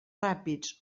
ràpids